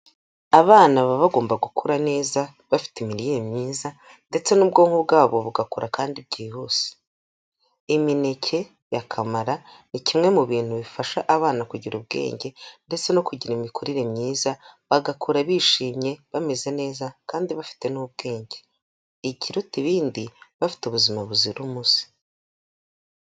Abana baba bagomba gukura neza, bafite imirire myiza ndetse n'ubwonko bwabo bugakora kandi byihuse. Imineke ya kamara ni kimwe mu bintu bifasha abana kugira ubwenge ndetse no kugira imikurire myiza, bagakura bishimye, bameze neza kandi bafite n'ubwenge. Ikiruta ibindi bafite ubuzima buzira umuze.